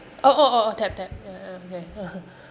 oh oh oh oh tap tap ya ya okay